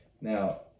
Now